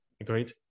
agreed